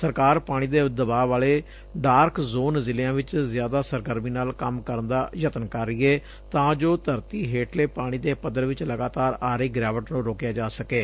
ਸਰਕਾਰ ਪਾਣੀ ਦੇ ਦਬਾਅ ਵਾਲੇ ਡਾਰਕ ਜ਼ੋਨ ਜ਼ਿਲਿਆਂ ਚ ਜ਼ਿਆਦਾ ਸਰਗਰਮੀ ਨਾਲ ਕੰਮ ਕਰਨ ਦਾ ਯਤਨ ਕਰ ਰਹੀ ਏ ਤਾਂ ਜੋ ਧਰਤੀ ਹੇਠਲੇ ਪਾਣੀ ਦੇ ਪੱਧਰ ਵਿਚ ਲਗਾਤਾਰ ਆ ਰਹੀ ਗਿਰਾਵਟ ਨੂੰ ਰੋਕਿਆ ਜਾ ਸਕੇ